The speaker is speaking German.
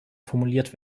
formuliert